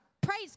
Praise